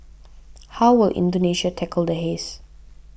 how will Indonesia tackle the haze